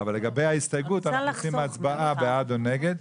אבל לגבי ההסתייגות אנחנו עושים הצבעה בעד או נגד.